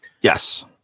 Yes